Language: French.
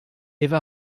eva